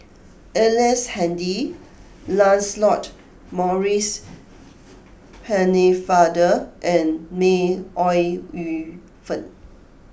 Ellice Handy Lancelot Maurice Pennefather and May Ooi Yu Fen